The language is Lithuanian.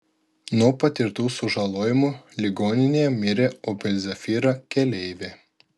nuo patirtų sužalojimų ligoninėje mirė opel zafira keleivė